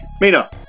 Mina